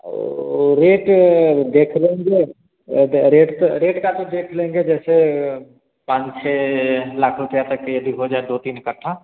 और रेट देख लेंगे वो रेट का रेट का तो देख लेंगे जैसे पाँच छः लाख रूपये तक का यदि हो जाए दो तीन इकट्ठा